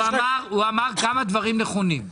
הוא אמר כמה דברים נכונים.